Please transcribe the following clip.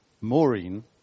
Maureen